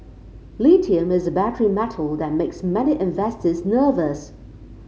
lithium is a battery metal that makes many investors nervous